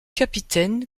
capitaine